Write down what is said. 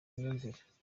imyumvire